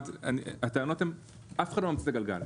אף אחד לא ממציא את הגלגל.